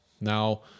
Now